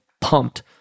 pumped